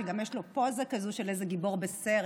שגם יש לנו פוזה כזאת של איזה גיבור בסרט,